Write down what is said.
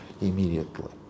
immediately